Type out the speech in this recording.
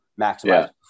maximize